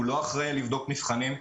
הוא לא אחראי על לבדוק מבחנים.